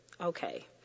okay